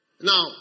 Now